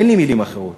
אין לי מילים אחרות